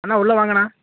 அண்ணா உள்ளே வாங்கண்ணா